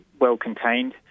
well-contained